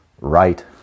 right